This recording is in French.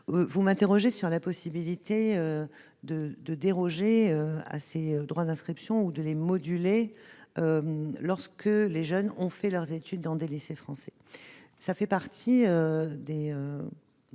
Vous m'interrogez sur la possibilité de déroger à ces droits d'inscription ou de les moduler lorsque les jeunes ont fait leurs études dans des lycées français. Cela fait partie des